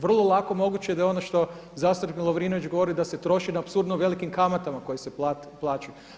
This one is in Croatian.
Vrlo je lako moguće da ono što je zastupnik Lovrinović govorio da se troši na apsurdno velikim kamatama koje se plaćaju.